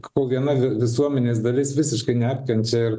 ko viena visuomenės dalis visiškai neapkenčia ir